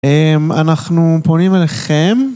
אנחנו פונים אליכם